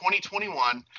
2021